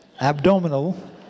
abdominal